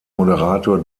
moderator